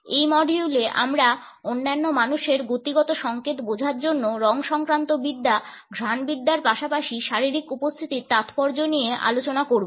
এই মডিউলে আমরা অন্যান্য মানুষের গতিগত সংকেত বোঝার জন্য রং সংক্রান্ত বিদ্যা ঘ্রাণবিদ্যার পাশাপাশি শারীরিক উপস্থিতির তাৎপর্য নিয়ে আলোচনা করব